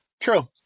True